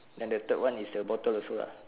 and the third one is a bottle also ah